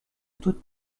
toute